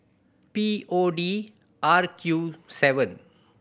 P O D R Q seven